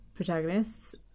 protagonists